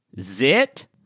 zit